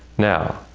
now,